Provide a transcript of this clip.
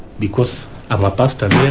because i'm a pastor here,